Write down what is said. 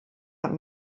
und